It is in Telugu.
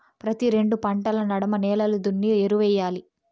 ప్రతి రెండు పంటల నడమ నేలలు దున్ని ఎరువెయ్యాలి